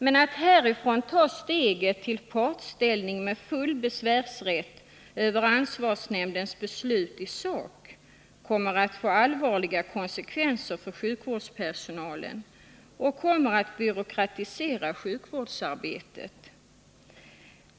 Men att härifrån ta steget till partsställning med full besvärsrätt över ansvarsnämndens beslut i sak kommer att få allvarliga konsekvenser för sjukvårdspersonalen och kommer att byråkratisera sjukvårdsarbetet.